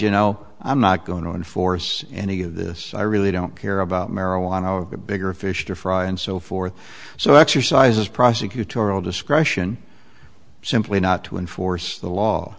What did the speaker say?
you know i'm not going to enforce any of this i really don't care about marijuana the bigger fish to fry and so forth so exercises prosecutorial discretion simply not to enforce the law